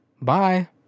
Bye